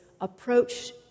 approach